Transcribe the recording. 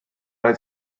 oedd